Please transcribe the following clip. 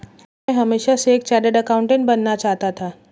वह हमेशा से एक चार्टर्ड एकाउंटेंट बनना चाहता था